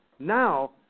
Now